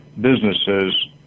businesses